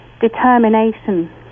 determination